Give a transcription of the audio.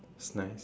nice